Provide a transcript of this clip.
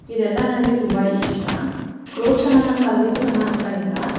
ಇದೆಲ್ಲ ನನಗೆ ತುಂಬ ಇಷ್ಟ ಕ್ರೋಶನ ನಾನು ಕಲ್ತಿದ್ದು ನನ್ನ ಅಕ್ಕನಿಂದ